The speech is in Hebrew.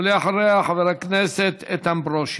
ואחריה, חבר הכנסת איתן ברושי.